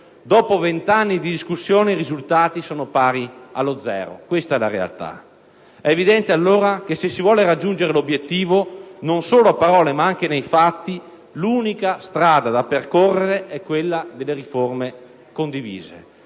Dopo vent'anni di discussione i risultati sono pari allo zero: questa è la realtà. È dunque evidente che, se si vuole raggiungere l'obiettivo non solo a parole ma anche nei fatti, l'unica strada da percorrere è quella delle riforme condivise.